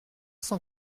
cent